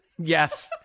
Yes